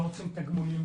אנחנו לא רוצים תגמולים,